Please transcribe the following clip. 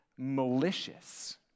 malicious